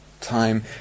Time